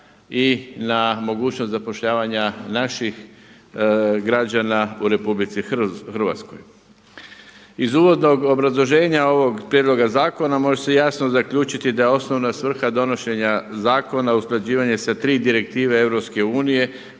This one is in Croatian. i na mogućnost zapošljavanja naših građana u Republici Hrvatskoj. Iz uvodnog obrazloženja ovog prijedloga zakona može se jasno zaključiti da je osnovna svrha donošenja zakona usklađivanje sa tri direktive EU